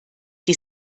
die